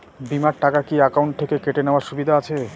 বিমার টাকা কি অ্যাকাউন্ট থেকে কেটে নেওয়ার সুবিধা আছে?